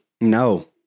No